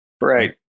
Right